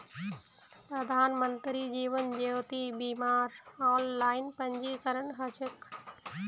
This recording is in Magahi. प्रधानमंत्री जीवन ज्योति बीमार ऑनलाइन पंजीकरण ह छेक